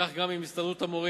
כך גם עם הסתדרות המורים.